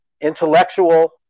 intellectual